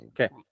Okay